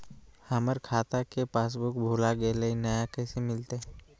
हमर खाता के पासबुक भुला गेलई, नया कैसे मिलतई?